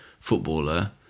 Footballer